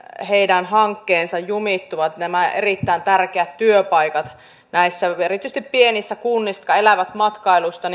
hankkeet jumittuvat nämä ovat erittäin tärkeitä työpaikkoja erityisesti näissä pienissä kunnissa jotka elävät matkailusta